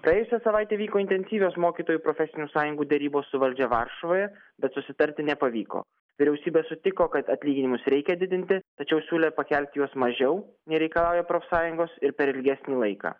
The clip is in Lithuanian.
praėjusią savaitę vyko intensyvios mokytojų profesinių sąjungų derybos su valdžia varšuvoje bet susitarti nepavyko vyriausybė sutiko kad atlyginimus reikia didinti tačiau siūlė pakelti juos mažiau nei reikalauja profsąjungos ir per ilgesnį laiką